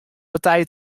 partij